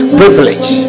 privilege